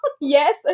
yes